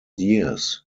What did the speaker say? years